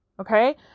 Okay